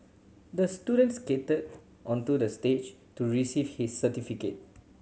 the student skated onto the stage to receive his certificate